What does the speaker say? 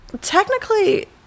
Technically